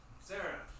Sarah